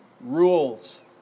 rules